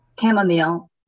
Chamomile